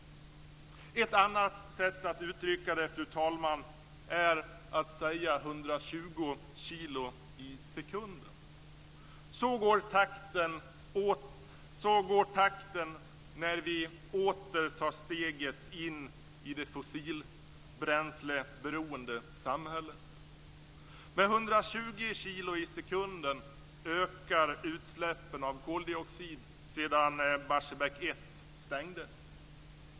Ett annat sätt att uttrycka det, fru talman, är att säga "120 kilo i sekunden". Så går takten när vi åter tar steget in i det fossilbränsleberoende samhället. Med 120 kilo i sekunden ökar utsläppen av koldioxid sedan Barsebäck 1 stängdes.